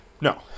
No